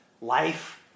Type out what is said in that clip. Life